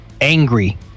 angry